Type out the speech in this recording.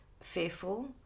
fearful